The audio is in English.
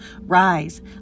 Rise